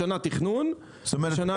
השנה יש תכנון --- זאת אומרת,